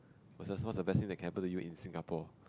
versus what is the best thing that can happen to you in Singapore